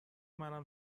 منم